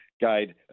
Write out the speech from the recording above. guide